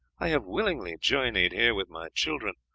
i have willingly journeyed here with my children,